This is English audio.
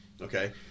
Okay